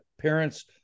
parents